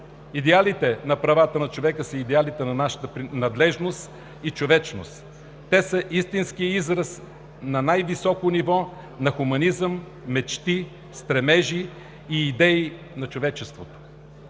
Идеалите на правата на човека са идеалите на нашата принадлежност и човечност. Те са истински израз на най-високо ниво на хуманизъм, мечти, стремежи и идеи на човечеството.